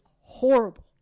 horrible